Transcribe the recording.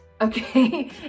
okay